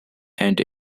and